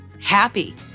happy